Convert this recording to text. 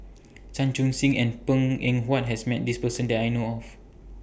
Chan Chun Sing and Png Eng Huat has Met This Person that I know of